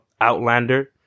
Outlander